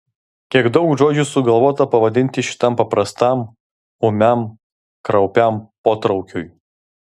kiek daug žodžių sugalvota pavadinti šitam paprastam ūmiam kraupiam potraukiui